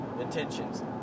intentions